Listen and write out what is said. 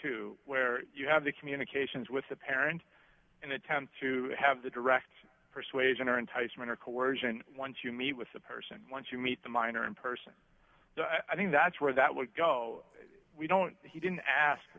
to where you have the communications with the parent and attempt to have the direct persuasion or enticement or coersion once you meet with the person once you meet the minor in person i think that's where that would go we don't he didn't ask